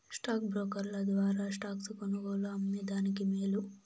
stock బ్రోకర్ల ద్వారా stocks కొనుగోలు, అమ్మే దానికి మేలు